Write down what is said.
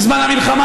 בזמן המלחמה